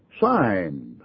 Signed